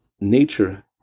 nature